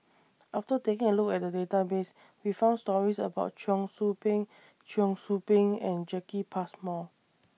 after taking A Look At The Database We found stories about Cheong Soo Pieng Cheong Soo Pieng and Jacki Passmore